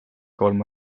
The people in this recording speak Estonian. kolm